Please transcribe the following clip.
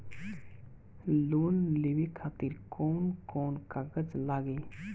Loan लेवे खातिर कौन कौन कागज लागी?